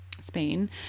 spain